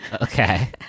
Okay